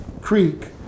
Creek